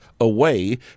away